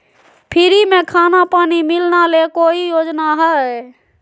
Free में खाना पानी मिलना ले कोइ योजना हय?